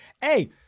hey